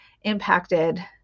impacted